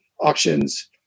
Auctions